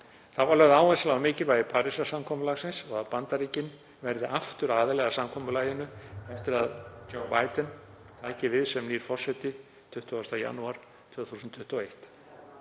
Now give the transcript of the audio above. Þá var lögð áhersla á mikilvægi Parísarsamkomulagsins og að Bandaríkin verði aftur aðili að samkomulaginu eftir að Joe Biden tæki við sem nýr forseti 20. janúar 2021.